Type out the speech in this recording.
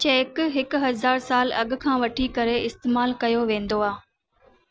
check हिकु हज़ार साल अॻु खां वठी करे इस्तमालु कयो वेंदो आहे